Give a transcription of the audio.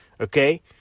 okay